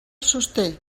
sosté